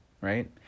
Right